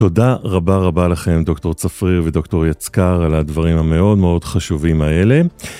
תודה רבה רבה לכם דוקטור צפריר ודוקטור יצקר על הדברים המאוד מאוד חשובים האלה.